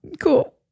Cool